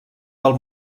del